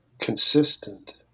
consistent